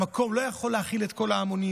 המקום לא יכול להכיל את כל ההמונים.